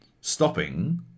stopping